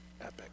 epic